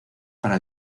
para